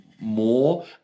More